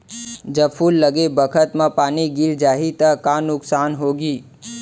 जब फूल लगे बखत म पानी गिर जाही त का नुकसान होगी?